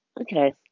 okay